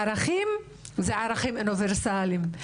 ערכים זה ערכים אוניברסליים.